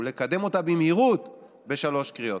ולקדם אותה במהירות בשלוש קריאות.